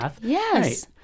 Yes